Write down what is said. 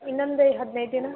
ಇನ್ನೊಂದು ಹದಿನೈದು ದಿನ